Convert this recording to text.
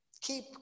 Keep